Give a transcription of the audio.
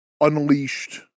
Unleashed